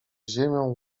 ziemią